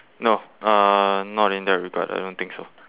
no uh not in that regard I don't think so